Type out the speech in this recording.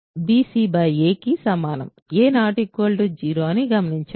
a 0 అని గమనించండి